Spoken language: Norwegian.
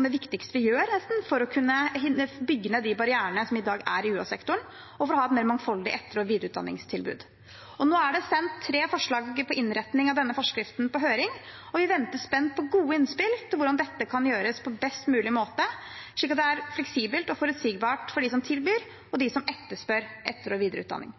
det viktigste vi gjør for å kunne bygge ned de barrierene som i dag er i UH-sektoren, og for å ha et mer mangfoldig etter- og videreutdanningstilbud. Nå er tre forslag for innretning av denne forskriften sendt på høring, og vi venter spent på gode innspill til hvordan dette kan gjøres på best mulig måte, slik at det er fleksibelt og forutsigbart for dem som tilbyr og dem som